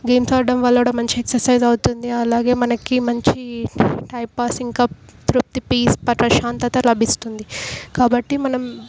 games ఆడటం వల్ల కూడా మంచి ఎక్సర్సైజ్ అవుతుంది అలాగే మనకి మంచి టైం పాస్ ఇంకా తృప్తి పీస్ ప్రశాంతత లభిస్తుంది కాబట్టి మనం